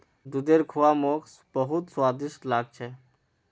दूधेर खुआ मोक बहुत स्वादिष्ट लाग छ